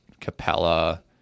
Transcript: Capella